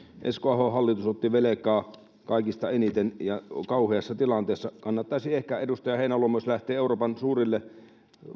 eskon ahon hallitus otti velkaa kaikista eniten ja kauheassa tilanteessa niin voisi sanoa että edustaja heinäluoma jos lähdette euroopan suurille